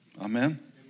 Amen